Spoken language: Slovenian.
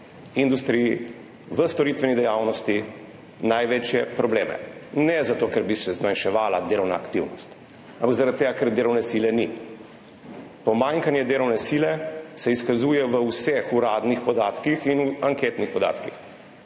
industriji, v storitveni dejavnosti največje probleme. Ne zato ker bi se zmanjševala delovna aktivnost, ampak zaradi tega ker delovne sile ni. Pomanjkanje delovne sile se izkazuje v vseh uradnih podatkih in v anketnih podatkih.